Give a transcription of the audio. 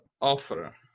offer